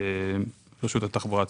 רשות התחבורה הציבורית.